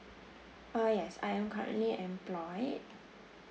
uh yes I am currently employed